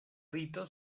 rito